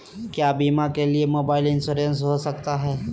क्या बीमा के लिए मोबाइल इंश्योरेंस हो सकता है?